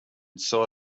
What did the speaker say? saw